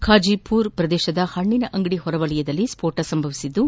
ಖಾಜಿ ಮರ ಪ್ರದೇಶದ ಪಣ್ಣಿನ ಅಂಗಡಿ ಹೊರವಲಯದಲ್ಲಿ ಸ್ತೋಟ ಸಂಭವಿಸಿದ್ಲು